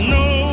no